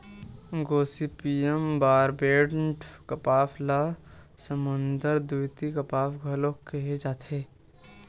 Gossypium barbadense कपास ल समुद्दर द्वितीय कपास घलो केहे जाथे